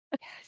Yes